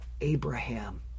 Abraham